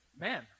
man